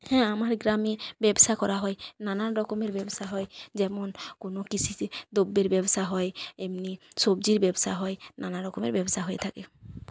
হ্যাঁ আমার গ্রামে ব্যবসা করা হয় নানান রকমের ব্যবসা হয় যেমন কোনও কৃষি দ্রব্যের ব্যবসা হয় এমনি সবজির ব্যবসা হয় নানারকমের ব্যবসা হয়ে থাকে